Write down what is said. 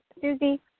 Susie